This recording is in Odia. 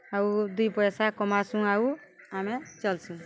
ଆଉ ଦୁଇ ପଇସା କମାସୁଁ ଆଉ ଆମେ ଚଲ୍ସୁଁ